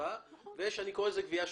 ויש גבייה שוטפת.